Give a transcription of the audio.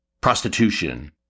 prostitution